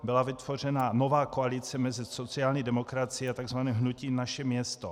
Byla vytvořena nová koalice mezi sociální demokracií a takzvaným hnutím Naše město.